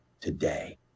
today